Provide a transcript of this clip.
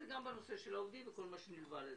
אגב, זה גם בנושא של העובדים וכל מה שנלווה לזה.